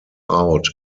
out